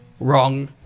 wrong